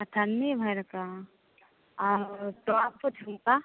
अठन्नी भर का और तो आपको झुमका